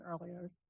earlier